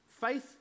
Faith